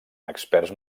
experts